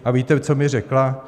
A víte, co mi řekla?